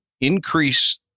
increase